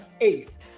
eighth